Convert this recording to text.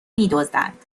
میدزدند